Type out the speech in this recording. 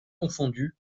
confondu